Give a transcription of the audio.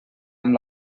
amb